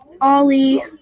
Ollie